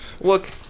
Look